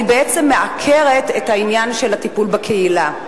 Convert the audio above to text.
אני בעצם מעקרת את העניין של הטיפול בקהילה.